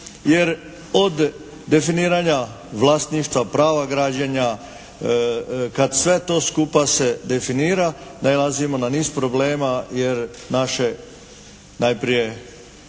Jer od definiranja vlasništva, prava građenja, kad sve to skupa definira nailazimo na niz problema, jer naše najprije